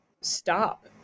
stop